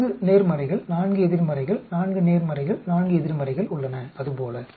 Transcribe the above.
4 நேர்மறைகள் 4 எதிர்மறைகள் 4 நேர்மறைகள் 4 எதிர்மறைகள் உள்ளன அது போல